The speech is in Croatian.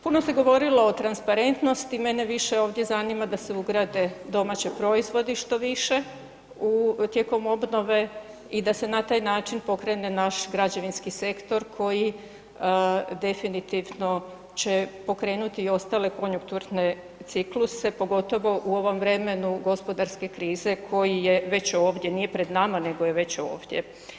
Puno se govorilo o transparentnosti mene više ovdje zanima da se ugrade domaći proizvodi što više u, tijekom obnove i da se na taj način pokrene naš građevinski sektor koji definitivno će pokrenuti i ostale konjukturne cikluse pogotovo u ovom vremenu gospodarske krize koji je već ovdje, nije pred nama, nego je već ovdje.